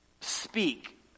speak